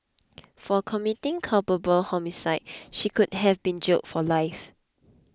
for committing culpable homicide she could have been jailed for life